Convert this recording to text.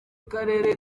karere